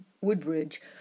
Woodbridge